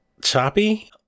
choppy